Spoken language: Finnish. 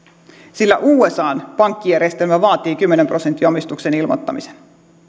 sillä usan pankkijärjestelmä vaatii kymmenen prosentin omistuksen ilmoittamisen